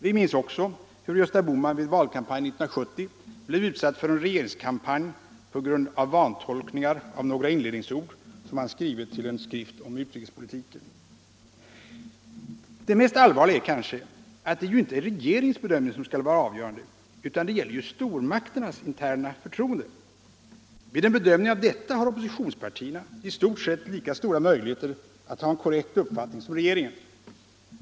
Vi minns också hur Gösta Bohman i valkampanjen 1970 blev utsatt för en regeringskampanj på grund av vantolkningar av några inledningsord som han skrivit till en skrift om utrikespolitiken. Det mest allvarliga är kanske att det ju inte är regeringens bedömning som skall vara avgörande, utan det gäller ju stormakternas interna förtroende. Vid en bedömning av detta har oppositionspartierna i stort sett lika stora möjligheter att ha en korrekt uppfattning som regeringen.